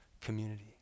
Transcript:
community